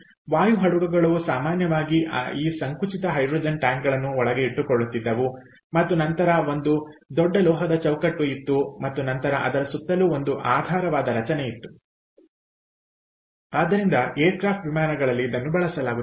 ವಾಯು ಹಡಗುಗಳು ಸಾಮಾನ್ಯವಾಗಿ ಈ ಸಂಕುಚಿತ ಹೈಡ್ರೋಜನ್ ಟ್ಯಾಂಕ್ಗಳನ್ನು ಒಳಗೆ ಇಟ್ಟುಕೊಳ್ಳುತ್ತಿದ್ದವು ಮತ್ತು ನಂತರ ಒಂದು ದೊಡ್ಡ ಲೋಹದ ಚೌಕಟ್ಟು ಇತ್ತು ಮತ್ತು ನಂತರ ಅದರ ಸುತ್ತಲೂ ಒಂದು ಆಧಾರವಾದ ರಚನೆಯಿತ್ತು ಆದ್ದರಿಂದ ಏರ್ ಕ್ರಾಫ್ಟ್ ವಿಮಾನಗಳಲ್ಲಿ ಇದನ್ನು ಬಳಸಲಾಗುತ್ತಿತ್ತು